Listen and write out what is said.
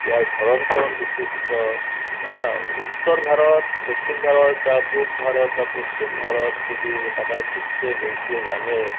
ইয়াৰ ধৰণ কৰণ বিচিত্ৰ উত্তৰ ভাৰত দক্ষিণ ভাৰত বা পূব ভাৰত বা পশ্চিম ভাৰত যদি কাবাই ফুৰিছে গৈছে জানে